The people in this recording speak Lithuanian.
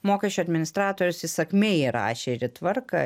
mokesčių administratorius įsakmiai rašė ir į tvarką